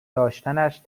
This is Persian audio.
داشتنش